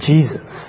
Jesus